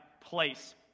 place